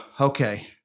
okay